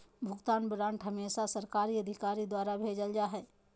भुगतान वारन्ट हमेसा सरकारी अधिकारी द्वारा भेजल जा हय